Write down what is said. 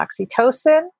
oxytocin